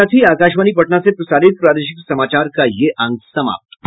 सके साथ ही आकाशवाणी पटना से प्रसारित प्रादेशिक समाचार का ये अंक समाप्त हुआ